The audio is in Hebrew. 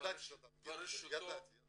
ידעתי שתגיד את זה.